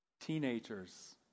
Teenagers